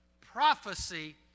prophecy